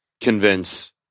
convince